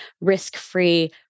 risk-free